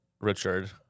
Richard